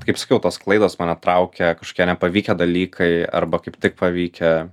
kaip sakiau tos klaidos mane traukia kažkokie nepavykę dalykai arba kaip tik pavykę